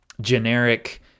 generic